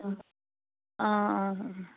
অঁ অঁ অঁ